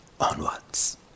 onwards